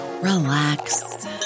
relax